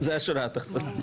זו השורה התחתונה.